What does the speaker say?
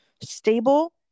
stable